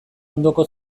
ondoko